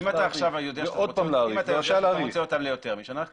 אם אתה עכשיו יודע שאתה צריך אותם ליותר משנה אז